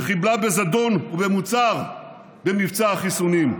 שחיבלה בזדון ובמוצהר במבצע החיסונים.